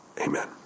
Amen